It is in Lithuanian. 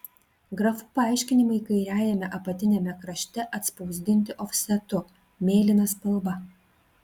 grafų paaiškinimai kairiajame apatiniame krašte atspausdinti ofsetu mėlyna spalva